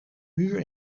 muur